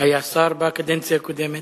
היה שר בקדנציה הקודמת,